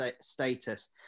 status